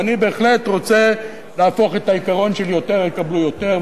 ואני בהחלט רוצה להפוך את העיקרון של יותר יקבלו יותר,